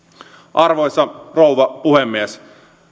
arvoisa rouva puhemies